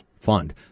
Fund